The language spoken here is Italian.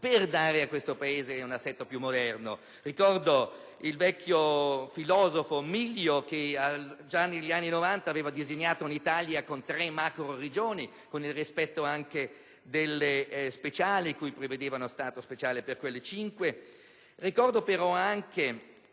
per dare a questo Paese un assetto più moderno. Ricordo il vecchio filosofo Miglio, che già negli anni '90 aveva disegnato un'Italia con tre macroregioni, con il rispetto delle cinque Regioni speciali, per cui prevedeva uno statuto speciale. Ricordo però anche